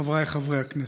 חבריי חברי הכנסת,